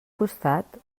costat